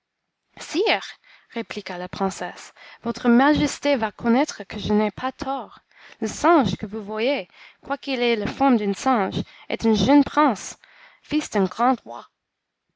sire répliqua la princesse votre majesté va connaître que je n'ai pas tort le singe que vous voyez quoiqu'il ait la forme d'un singe est un jeune prince fils d'un grand roi